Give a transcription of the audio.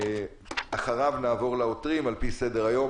אחריו נעבור לעותרים על-פי סדר-היום.